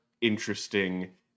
interesting